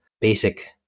basic